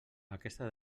aquesta